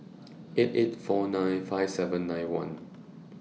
eight eight four nine five seven nine one